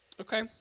Okay